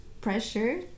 pressure